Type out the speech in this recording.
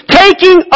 taking